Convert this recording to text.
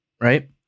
right